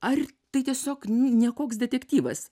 ar tai tiesiog nekoks detektyvas